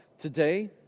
today